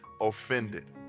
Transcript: offended